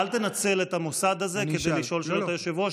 אל תנצל את המוסד הזה כדי לשאול שאלה את היושב-ראש.